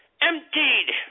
Emptied